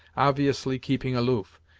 obviously keeping aloof,